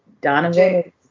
Donovan